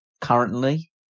currently